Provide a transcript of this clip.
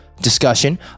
discussion